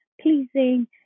pleasing